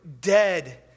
dead